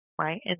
right